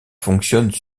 fonctionne